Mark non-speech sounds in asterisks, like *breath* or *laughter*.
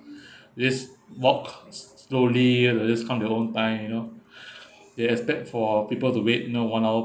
*breath* they just walk slowly like just come at their own time you know *breath* they expect for people to wait you know one hour